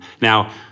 Now